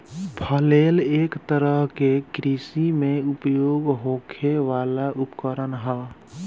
flail एक तरह के कृषि में उपयोग होखे वाला उपकरण ह